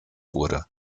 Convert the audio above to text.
wurde